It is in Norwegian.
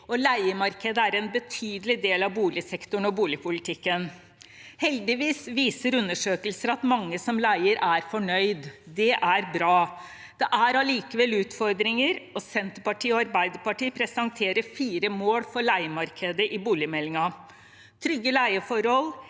Leiemarkedet er en betydelig del av boligsektoren og boligpolitikken. Heldigvis viser undersøkelser at mange som leier, er fornøyde. Det er bra. Det er allikevel utfordringer, og Senterpartiet og Arbeiderpartiet presenterer fire mål for leiemarkedet i boligmeldingen: – trygge leieforhold